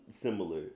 similar